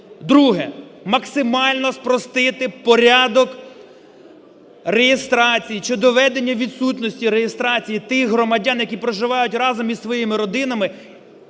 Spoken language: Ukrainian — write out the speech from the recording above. Друге. Максимально спростити порядок реєстрації чи доведення відсутності реєстрації тих громадян, які проживають разом із своїми родинами,